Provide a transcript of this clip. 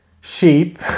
sheep